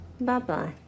Bye-bye